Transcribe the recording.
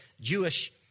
Jewish